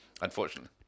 unfortunately